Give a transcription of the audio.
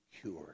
cured